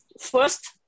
first